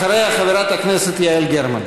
אחריה, חברת הכנסת יעל גרמן.